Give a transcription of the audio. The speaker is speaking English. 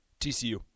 TCU